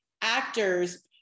actors